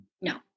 No